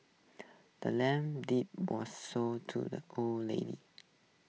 the land's deed was sold to the old lady